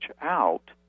out